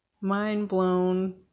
mind-blown